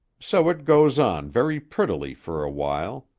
so it goes on very prettily for a while.